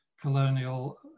colonial